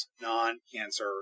non-cancer